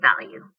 value